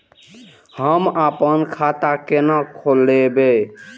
हम आपन खाता केना खोलेबे?